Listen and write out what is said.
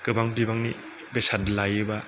गोबां बिबांनि बेसाद लायोबा